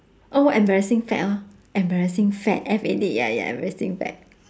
oh what embarrassing fad lor embarrassing fad F A D ya ya embarrassing fad